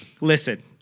listen